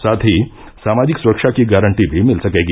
साथ ही सामाजिक सुरक्षा की गारंटी भी मिलेगी